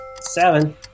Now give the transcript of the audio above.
Seven